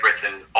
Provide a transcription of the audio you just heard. Britain